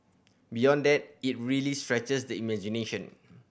beyond that it really stretches the imagination